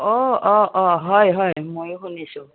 অঁ অঁ অঁ হয় হয় ময়ো শুনিছোঁ